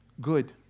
good